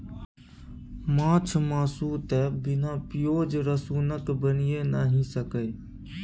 माछ मासु तए बिना पिओज रसुनक बनिए नहि सकैए